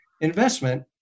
investment